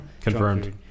Confirmed